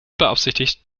beabsichtigt